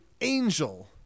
angel